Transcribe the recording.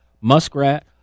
muskrat